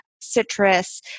citrus